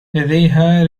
لديها